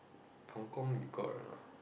Hong-Kong you got a